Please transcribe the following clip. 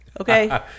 okay